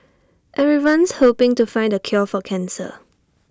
everyone's hoping to find the cure for cancer